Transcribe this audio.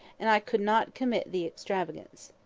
and i could not commit the extravagance.